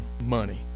money